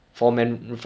not I say [one]